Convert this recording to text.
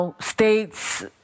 states